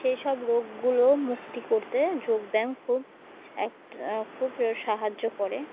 সেই সব রোগগুলো মুক্তি করতে যোগব্যায়াম খুব একটা খুব সাহায্য করে